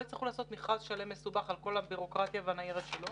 יצטרכו לעשות מכרז שלם מסובך על כל הבירוקרטיה והניירת שלו.